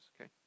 okay